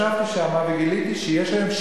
ישבתי שם וגיליתי שיש להם,